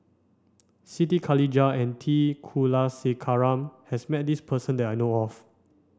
Siti Khalijah and T Kulasekaram has met this person that I know of